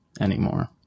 anymore